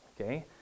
Okay